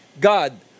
god